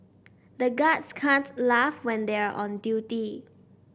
the guards can't laugh when they are on duty